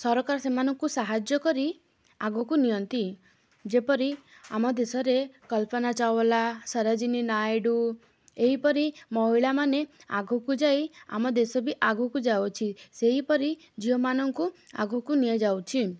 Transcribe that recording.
ସରକାର ସେମାନଙ୍କୁ ସାହାଯ୍ୟ କରି ଆଗକୁ ନିଅନ୍ତି ଯେପରି ଆମ ଦେଶ ରେ କଳ୍ପନା ଚାୱଲା ସରଜିନୀ ନଏଡ଼ୁ ଏହିପରି ମହିଳାମାନେ ଆଗକୁ ଯାଇ ଆମ ଦେଶ ବି ଆଗକୁ ଯାଉଛି ସେହିପରି ଝିଅମାନଙ୍କୁ ଆଗକୁ ନିଆଯାଉଛି